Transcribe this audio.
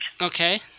Okay